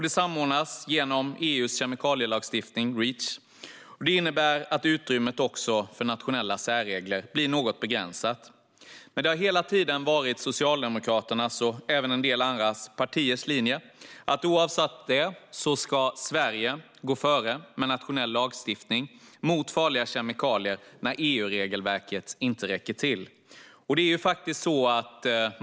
Det samordnas genom EU:s kemikalielagstiftning Reach. Det innebär att utrymmet för nationella särregler blir något begränsat, men det har hela tiden varit Socialdemokraternas och även en del andra partiers linje att Sverige, oavsett det, ska gå före med nationell lagstiftning om farliga kemikalier när EU-regelverket inte räcker till.